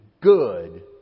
good